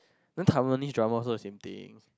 then Taiwanese drama also the same thing